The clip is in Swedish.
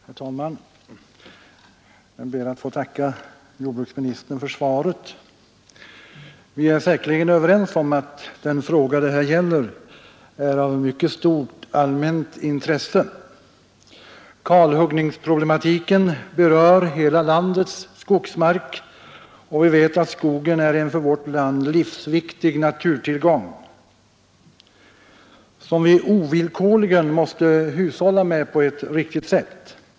Herr talman! Jag ber att få tacka jordbruksministern för svaret på min enkla fråga. Vi är säkerligen överens om att det spörsmål det här gäller är av mycket stort allmänt intresse. Kalhuggningsproblematiken berör hela landets skogsmark, och vi vet att skogen är en för vårt land livsviktig naturtillgång, som vi ovillkorligen måste hushålla med på ett riktigt sätt.